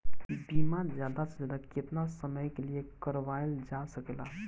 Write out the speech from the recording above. बीमा ज्यादा से ज्यादा केतना समय के लिए करवायल जा सकेला?